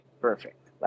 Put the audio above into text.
perfect